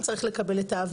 שיש לכם עדיין עבודה,